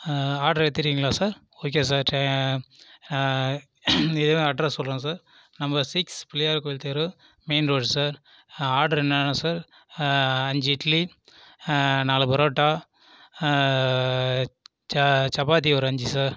order எடுத்துடுவீங்களா sir okay sir இருங்கள் address சொல்றேன் சார் நம்பர் சிக்ஸ் பிள்ளையார் கோவில் தெரு மெயின் ரோடு சார் ஆர்டர் என்னென்னா சார் அஞ்சு இட்லி நாலு புரோட்டா சப்பாத்தி ஒரு அஞ்சு சார்